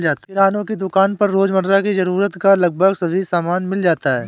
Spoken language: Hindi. किराने की दुकान पर रोजमर्रा की जरूरत का लगभग सभी सामान मिल जाता है